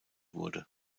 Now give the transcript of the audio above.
wurde